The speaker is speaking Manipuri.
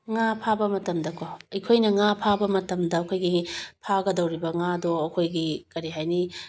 ꯉꯥ ꯐꯥꯕ ꯃꯇꯝꯗꯀꯣ ꯑꯩꯈꯣꯏꯅ ꯉꯥ ꯐꯥꯕ ꯃꯇꯝꯗ ꯑꯩꯈꯣꯏꯒꯤ ꯐꯥꯒꯗꯧꯔꯤꯕ ꯉꯥꯗꯣ ꯑꯩꯈꯣꯏꯒꯤ ꯀꯔꯤ ꯍꯥꯏꯅꯤ